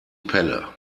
pelle